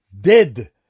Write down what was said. dead